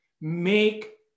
make